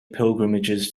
pilgrimages